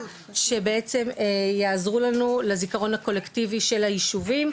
שבעצם יעזרו לנו לזיכרון הקולקטיבי של היישובים,